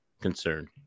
concern